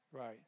Right